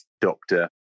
doctor